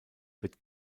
wird